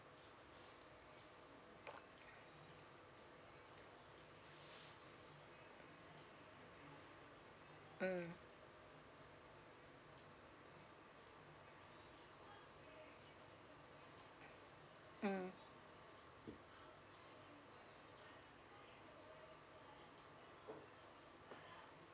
mm mm